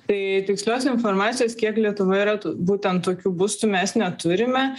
tai tikslios informacijos kiek lietuvoj yra būtent tokių būstų mes neturime